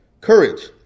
courage